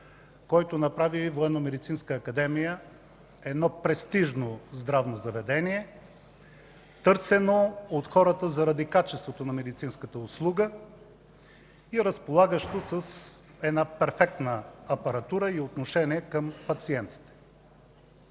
академия престижно здравно заведение – търсено от хората, заради качеството на медицинската услуга и разполагащо с перфектна апаратура и отношение към пациентите.